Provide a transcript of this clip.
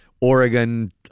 Oregon